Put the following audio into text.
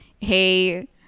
hey